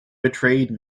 betrayed